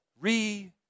re